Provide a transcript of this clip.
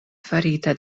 farita